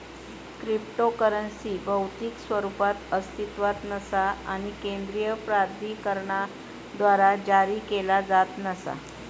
cryptocurrency भौतिक स्वरूपात अस्तित्वात नसा आणि केंद्रीय प्राधिकरणाद्वारा जारी केला जात नसा